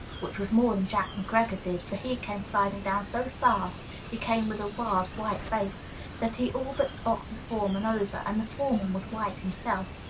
which was more than jack mcgreggor did, for he came sliding down so fast he came with a wild, white face that he all but knocked the foreman over and the foreman was white himself.